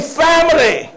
family